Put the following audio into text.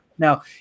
Now